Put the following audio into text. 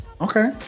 Okay